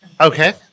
Okay